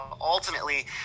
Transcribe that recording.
ultimately